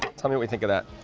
tell me what you think of that.